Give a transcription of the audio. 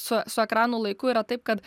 su su ekranų laiku yra taip kad